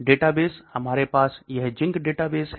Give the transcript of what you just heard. database हमारे पास यह ZINC डेटाबेस है